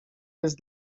jest